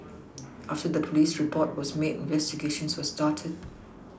after the police report was made investigations were started